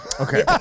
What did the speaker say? Okay